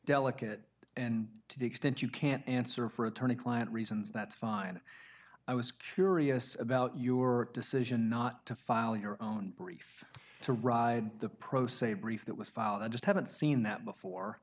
delicate and to the extent you can't answer for attorney client reasons that's fine i was curious about your decision not to file your own brief to ride the pro se brief that was filed i just haven't seen that before